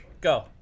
Go